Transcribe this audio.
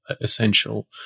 essential